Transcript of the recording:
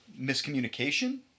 miscommunication